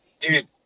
dude